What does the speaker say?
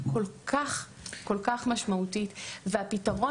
היא כל כך משמעותית והפתרון